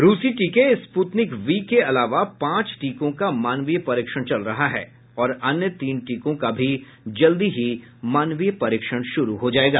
रूसी टीके Sputnik V के अलावा पांच टीकों का मानवीय परीक्षण चल रहा है और अन्य तीन टीकों का भी जल्दी ही मानवीय परीक्षण शुरू हो जाएगा